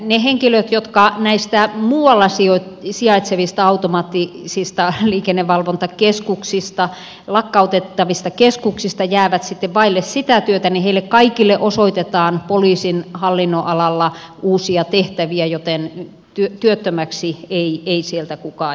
niille henkilöille jotka näistä muualla sijaitsevista automaattisen liikennevalvonnan keskuksista lakkautettavista keskuksista jäävät sitten vaille sitä työtä kaikille osoitetaan poliisin hallinnonalalla uusia tehtäviä joten työttömäksi ei sieltä kukaan jää